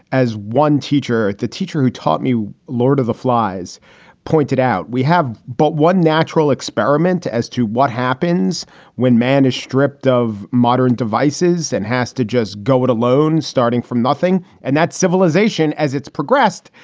as one teacher, the teacher who taught me lord of the flies pointed out, we have but one natural experiment as to what happens when man is stripped of modern devices and has to just go it alone, starting from nothing. and that's civilization as it's progressed.